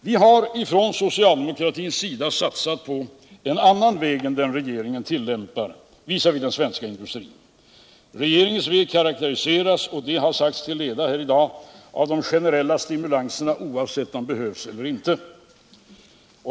Vi har från socialdemokratins sida satsat på en annan väg än den regeringen tillämpar visavi den svenska industrin. Regeringens väg karakteriseras, det har sagts till leda i dag, av generella stimulanser, oavsett de behövs eller inte.